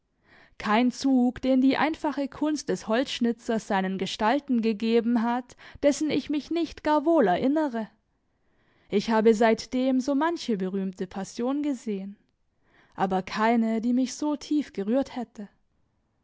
kein zug den die einfache kunst des holzschnitzers seinen gestalten gegeben hat dessen ich mich nicht gar wohl erinnere ich habe seitdem so manche berühmte passion gesehen aber keine die mich so tief gerührt hätte